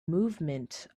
movement